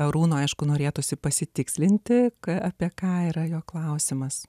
arūno aišku norėtųsi pasitikslinti ką apie ką yra jo klausimas